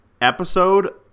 episode